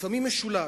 לפעמים משולש.